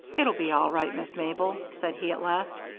it'll be all right, miss mabel, said he at last.